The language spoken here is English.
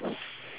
that's all